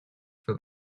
for